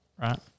right